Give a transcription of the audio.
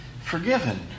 forgiven